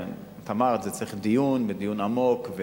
את אמרת: זה מצריך דיון עמוק,